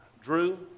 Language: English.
Drew